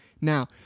Now